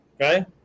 Okay